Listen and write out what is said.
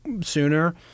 sooner